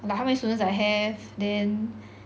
like how many students I have then